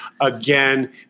Again